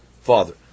father